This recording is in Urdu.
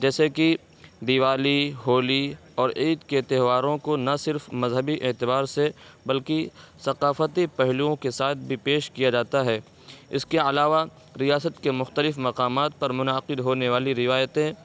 جیسے کہ دیوالی ہولی اور عید کے تہواروں کو نہ صرف مذہبی اعتبار سے بلکہ ثقافتی پہلوؤں کے ساتھ بھی پیش کیا جاتا ہے اس کے علاوہ ریاست کے مختلف مقامات پر منعقد ہونے والی روایتیں